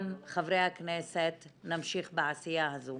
גם חברי הכנסת נמשיך בעשייה הזו.